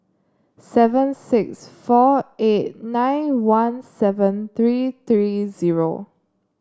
seven six four eight nine one seven three three zero